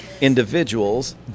individuals